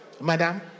Madam